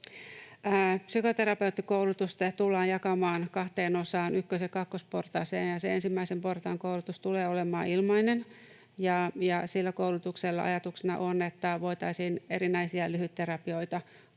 Psykoterapeuttikoulutusta tullaan jakamaan kahteen osaan, ykkös- ja kakkosportaaseen, ja se ensimmäisen portaan koulutus tulee olemaan ilmainen. Ajatuksena on, että sillä koulutuksella voitaisiin erinäisiä lyhytterapioita